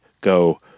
go